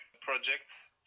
projects